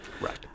Right